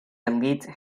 elite